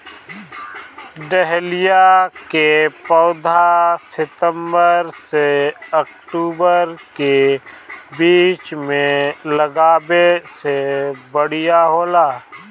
dahlia के पौधा सितंबर से अक्टूबर के बीच में लागावे से बढ़िया होला